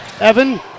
Evan